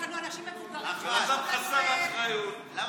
יש לנו אנשים מבוגרים בבית, בן אדם חסר אחריות.